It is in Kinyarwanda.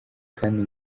kandi